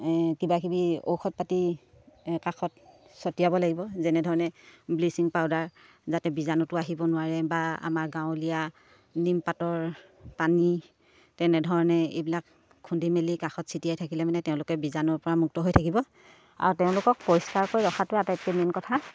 কিবাকিবি ঔষধ পাতি কাষত ছটিয়াব লাগিব যেনেধৰণে ব্লিচিং পাউডাৰ যাতে বীজাণুটো আহিব নোৱাৰে বা আমাৰ গাঁৱলীয়া নিমপাতৰ পানী তেনেধৰণে এইবিলাক খুন্দি মেলি কাষত ছিটিয়াই থাকিলে মানে তেওঁলোকে বীজাণৰ পৰা মুক্ত হৈ থাকিব আৰু তেওঁলোকক পৰিষ্কাৰকৈ ৰখাটো আটাইতকৈ মেইন কথা